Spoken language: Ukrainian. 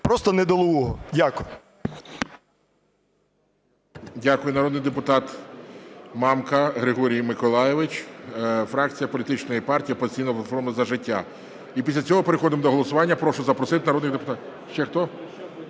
просто недолугого. Дякую. ГОЛОВУЮЧИЙ. Дякую. Народний депутат Мамка Григорій Миколайович, фракція політичної партії "Опозиційна платформа – За життя". І після цього переходимо до голосування. Прошу запросити народних депутатів… Ще хто?